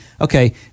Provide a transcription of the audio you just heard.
Okay